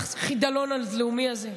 החידלון הלאומי הזה?